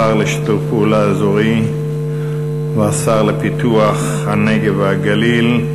השר לשיתוף פעולה אזורי והשר לפיתוח הנגב והגליל,